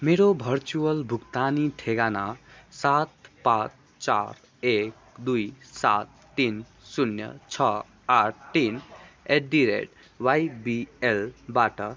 मेरो भर्चुवल भुक्तानी ठेगाना सात पाँच चार एक दुई सात तिन शून्य छ आठ तिन एट दि रेट वाइबिएलबाट